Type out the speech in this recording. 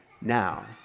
now